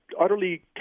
utterly